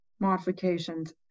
modifications